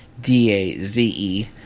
D-A-Z-E